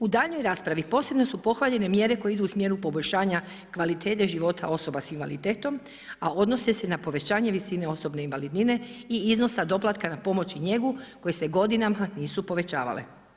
U daljnjoj raspravi posebno su pohvaljene mjere koje idu u smjeru poboljšanja kvalitete života osoba sa invaliditetom a odnose se na povećanje visine osobne invalidnine i iznosa doplatka na pomoć i njegu koje se godinama nisu povećavale.